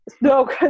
No